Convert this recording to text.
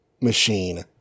machine